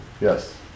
Yes